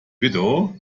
widow